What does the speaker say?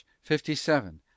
fifty-seven